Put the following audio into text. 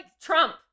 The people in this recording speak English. Trump